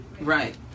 Right